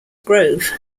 grove